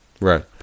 Right